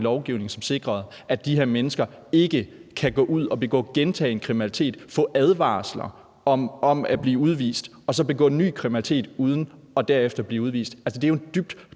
lovgivning, som sikrede, at de her mennesker ikke kunne gå ud og begå gentagen kriminalitet, få advarsler om at blive udvist og så begå ny kriminalitet uden derefter at blive udvist. Det er jo en